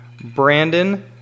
Brandon